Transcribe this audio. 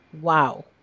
Wow